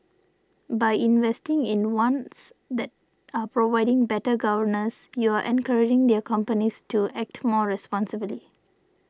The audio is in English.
by investing in ones that are providing better governance you're encouraging their companies to act more responsibly